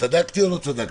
לא עזר.